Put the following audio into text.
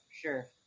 sure